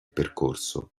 percorso